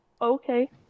Okay